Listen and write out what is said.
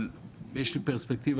אבל יש לי פרספקטיבה,